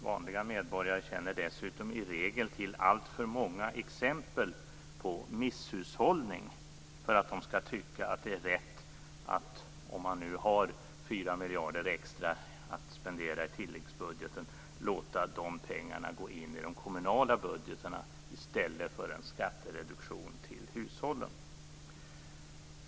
Vanliga medborgare känner dessutom i regel till alltför många exempel på misshushållning för att de skall tycka att det är rätt, om man nu har 4 miljarder extra att spendera i tilläggsbudgeten, att låta de pengarna gå in i de kommunala budgetarna i stället för att ge en skattereduktion till hushållen.